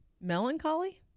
melancholy